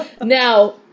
Now